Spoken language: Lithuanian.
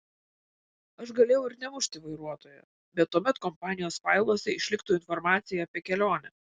aš galėjau ir nemušti vairuotojo bet tuomet kompanijos failuose išliktų informacija apie kelionę